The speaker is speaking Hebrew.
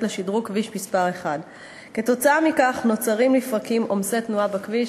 לשדרוג כביש 1. כתוצאה מכך נוצרים לפרקים עומסי תנועה בכביש,